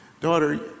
Daughter